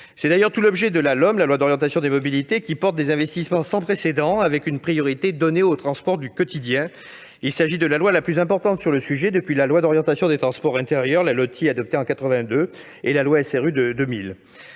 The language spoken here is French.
C'est d'ailleurs tout l'objet de la loi d'orientation des mobilités (LOM) qui prévoit des investissements sans précédent et fixe comme priorité les transports du quotidien. Il s'agit de la loi la plus importante sur ce sujet depuis la loi d'orientation des transports intérieurs (LOTI), adoptée en 1982, et la loi relative